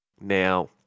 now